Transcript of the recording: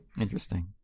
Interesting